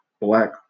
black